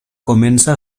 comença